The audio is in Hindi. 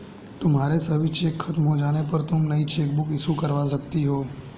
तुम्हारे सभी चेक खत्म हो जाने पर तुम नई चेकबुक इशू करवा सकती हो